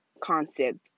concept